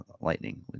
Lightning